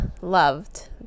loved